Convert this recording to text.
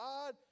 God